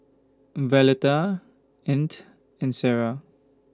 Violetta Ant and Sara